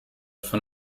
von